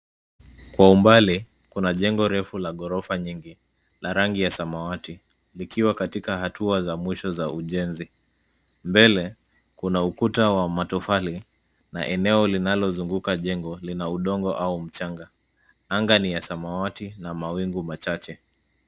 Kwa umbali kuna jengo refu la ghorofa nyingi la rangi ya samawati likiwa katika hatua za mwisho za ujenzi. Mbele kuna ukuta wa matofali na eneo linalozunguka jengo lina udongo au mchanga. Anga ni ya samawati na mawingu machache.